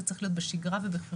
זה צריך להיות בשגרה ובחירום,